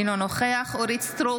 אינו נוכח אורית מלכה סטרוק,